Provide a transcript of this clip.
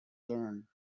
learn